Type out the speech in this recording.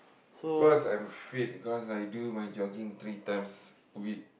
cause I'm fit because I do my jogging three times a week